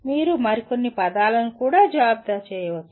మీరు మరికొన్ని పదాలను కూడా జాబితా చేయవచ్చు